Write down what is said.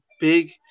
big –